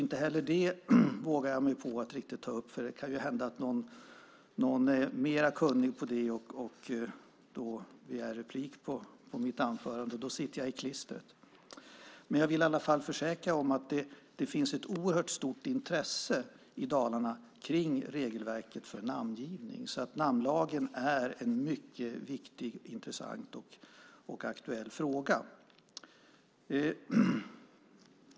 Jag vågar inte riktigt ge mig på att ta upp det heller eftersom det kan hända att någon som är mer kunnig på det begär replik på mitt anförande. Då sitter jag i klistret. Men jag kan i alla fall försäkra er om att det finns ett oerhört stort intresse i Dalarna kring regelverket för namngivning. Namnlagen är alltså en mycket viktig, intressant och aktuell fråga.